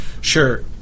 Sure